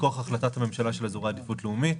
מכוח החלטת הממשלה של אזורי עדיפות לאומית,